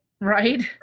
right